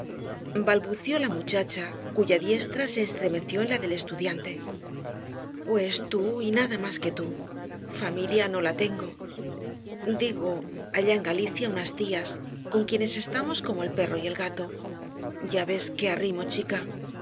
balbució la muchacha cuya diestra se estremeció en la del estudiante pues tú y nada más que tú familia no la tengo digo allá en galicia unas tías con quienes estamos como el perro y el gato ya ves qué arrimo chica